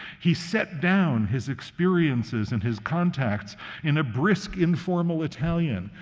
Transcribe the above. he set down his experiences and his contacts in a brisk, informal italian.